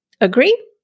Agree